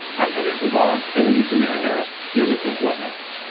i'm henry goodbar, filling in for mary harris. you're listening to what next